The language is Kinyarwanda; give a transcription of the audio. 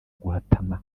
guhatana